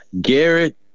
Garrett